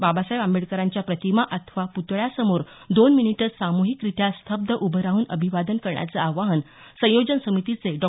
बाबासाहेब आंबेडकरांच्या प्रतिमा अथवा पुतळ्यासमोर दोन मिनिटे सामुहिकरीत्या स्तब्ध उभे राहून अभिवादन करण्याचं आवाहन संयोजन समितीचे डॉ